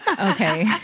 Okay